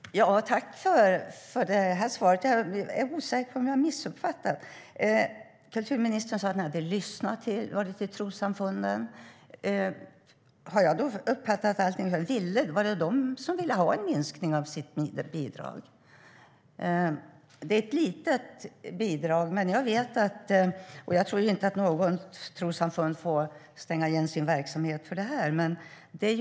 Herr talman! Tack för svaret, kulturministern! Jag är osäker - har jag missuppfattat? Kulturministern sade att regeringen hade lyssnat på trossamfunden. Har jag uppfattat det rätt att det var de som ville ha en minskning av sitt bidrag? Det är ett litet bidrag, och jag tror inte att något trossamfund får stänga sin verksamhet på grund av det här.